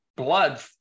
blood